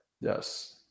Yes